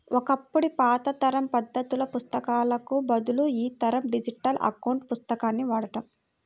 ఒకప్పటి పాత తరం పద్దుల పుస్తకాలకు బదులు ఈ తరం డిజిటల్ అకౌంట్ పుస్తకాన్ని వాడండి